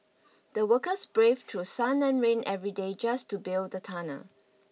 the workers braved through sun and rain every day just to build the tunnel